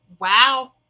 wow